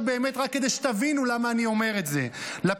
שאתייחס לגופו של עניין,